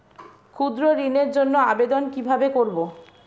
ক্ষুদ্র ঋণের জন্য আবেদন কিভাবে করব?